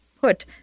put